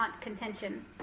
contention